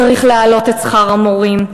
צריך להעלות את שכר המורים,